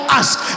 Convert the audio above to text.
ask